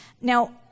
Now